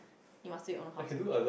you must do your own household job